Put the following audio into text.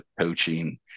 coaching